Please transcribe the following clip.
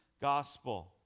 gospel